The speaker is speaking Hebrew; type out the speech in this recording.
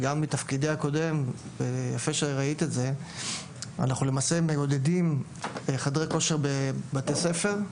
אנחנו למעשה מעודדים חדרי כושר בבתי ספר,